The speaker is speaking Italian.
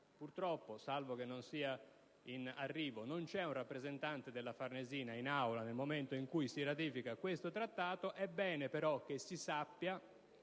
Purtroppo, salvo che non sia in arrivo, non c'è un rappresentante della Farnesina in Aula nel momento in cui si ratifica questo Accordo. È bene però che si sappia